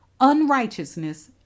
unrighteousness